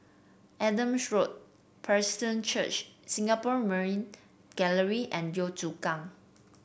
Adam Road Presbyterian Church Singapore Maritime Gallery and Yio Chu Kang